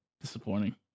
Disappointing